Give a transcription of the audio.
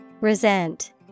Resent